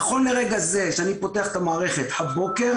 נכון לרגע זה כשאני פותח את המערכת הבוקר,